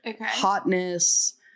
hotness